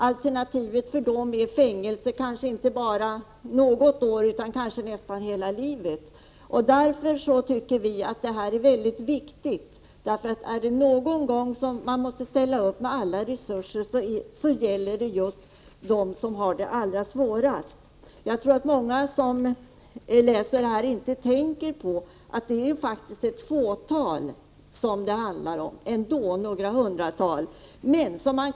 Alternativet för dem är fängelse, inte bara något år utan kanske hela livet. Vi anser att detta är ett viktigt område. Är det någon gång man måste ställa upp med alla resurser så är det ju när det gäller dem som har det allra svårast. Många som läser Svernes utredning kanske inte tänker på att det handlar om endast ett fåtal hem och något hundratal ungdomar.